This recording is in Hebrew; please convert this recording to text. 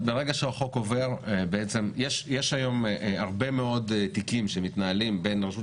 יש היום הרבה מאוד תיקים שמתנהלים בין רשות